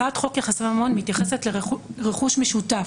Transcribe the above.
הצעת החוק יחסי ממון מתייחסת לרכוש משותף.